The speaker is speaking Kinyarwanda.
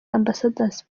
ambasadazi